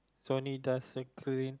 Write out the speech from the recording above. is only dust and clean